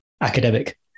academic